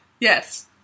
Yes